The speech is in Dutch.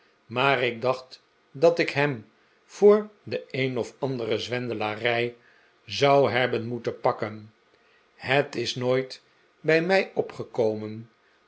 maar ik dacht dat ik hem voor de een of andere zwendelarij zou hebben moeten pakken het is nooit bij mij opgekomen